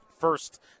first